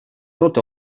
tot